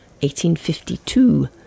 1852